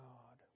God